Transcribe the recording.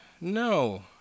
no